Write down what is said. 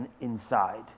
inside